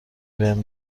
بهم